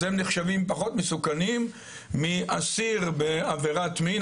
אז הם נחשבים פחות מסוכנים מאסיר בעבירת מין.